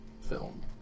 film